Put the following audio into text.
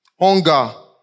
Hunger